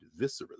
viscerally